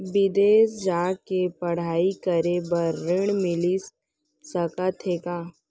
बिदेस जाके पढ़ई करे बर ऋण मिलिस सकत हे का?